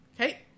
Okay